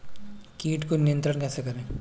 कीट को नियंत्रण कैसे करें?